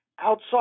outside